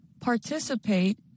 participate